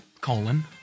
Colon